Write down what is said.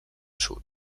sud